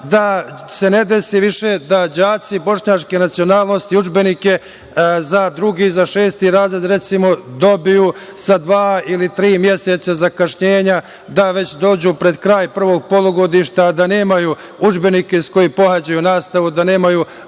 da se ne desi više da đaci bošnjačke nacionalnosti udžbenike za drugi, šesti razred, recimo dobiju sa dva ili tri meseca zakašnjenja, da već dođu pred kraj prvog polugodišta da nemaju udžbenike iz kojih pohađaju nastavu, da nemaju